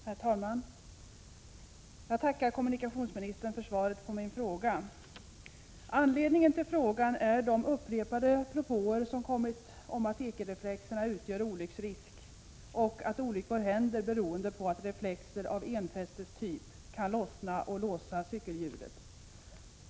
Herr talman! Jag tackar kommunikationsministern för svaret på min fråga. Anledningen till frågan är de upprepade propåer som kommit om att ekerreflexerna utgör en olycksrisk och att olyckor händer beroende på att reflexer av enfästestyp kan lossna och låsa cykelhjulet.